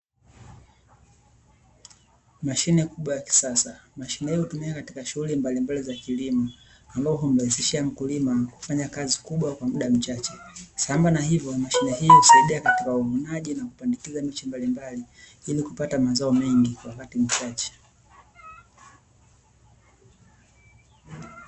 Mashine kubwa ya kisasa. Mashine hiyo hutumika katika shughuli mbalimbali za kilimo ambapo humrahisishia mkulima kufanya kazi kubwa kwa muda mchache. Sambamba na hivyo mashine hiyo husaidia katika uvunaji na kupandikiza miche mbalimbali ili kupata mazao mengi kwa wakati mchache.